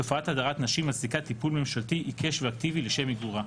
תופעת הדרת נשים מצדיקה טיפול ממשלתי עיקש ואקטיבי לשם מיגורה.